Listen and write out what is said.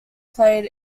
played